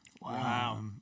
wow